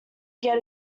get